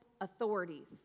authorities